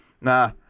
nah